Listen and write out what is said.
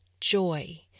Joy